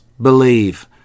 believe